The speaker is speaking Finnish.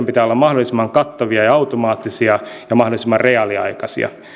pitää olla mahdollisimman kattavia ja automaattisia ja mahdollisimman reaaliaikaisia